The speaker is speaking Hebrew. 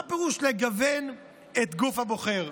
מה פירוש "לגוון את הגוף הבוחר"?